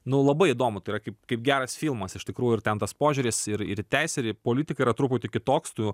nu labai įdomu tai yra kaip kaip geras filmas iš tikrųjų ir ten tas požiūris ir ir į teisę ir į politiką yra truputį kitoks tu